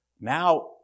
Now